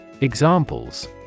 Examples